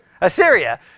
Assyria